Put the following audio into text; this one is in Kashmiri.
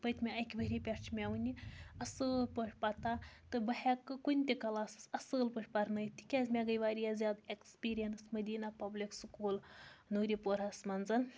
پٔتمہِ اَکہِ ؤری پٮ۪ٹھ چھِ مےٚ ونہِ اَصٕل پٲٹھۍ پَتہ تہٕ بہٕ ہٮ۪کہٕ کُنہِ تہِ کَلاسَس اَصٕل پٲٹھۍ پَرنٲیِتھ تکیازِ مےٚ گٔے واریاہ زیادٕ اٮ۪کٕسپیٖریَنٕس مٔدیٖنہ پَبلِک سکوٗل نوٗری پورہَس منٛز